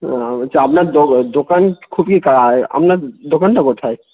হ্যাঁ বলছি আপনার দো দোকান খুবই কা আপনার দোকানটা কোথায়